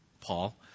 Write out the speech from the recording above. Paul